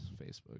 Facebook